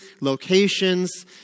locations